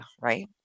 right